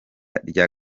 rya